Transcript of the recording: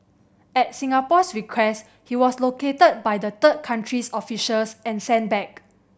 at Singapore's request he was located by the third country's officials and sent back